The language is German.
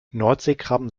nordseekrabben